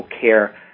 care